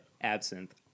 absinthe